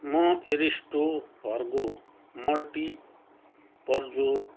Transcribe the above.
म एरिस्टो भर्गो मल्टिपर्जो